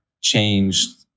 changed